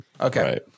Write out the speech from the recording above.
Okay